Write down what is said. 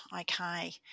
okay